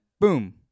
boom